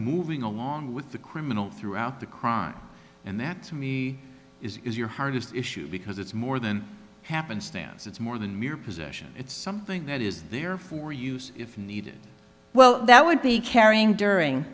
moving along with the criminal throughout the crime and that to me is your hardest issue because it's more than happenstance it's more than mere possession it's something that is there for use if needed well that would be carrying during